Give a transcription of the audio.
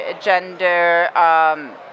gender